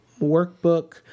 workbook